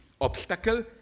obstacle